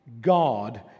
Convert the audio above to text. God